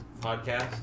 podcast